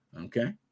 okay